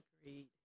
Agreed